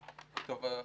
שטיבלמן.